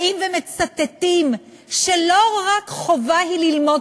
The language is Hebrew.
באים ומצטטים שלא רק חובה היא ללמוד